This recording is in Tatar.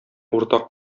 уртак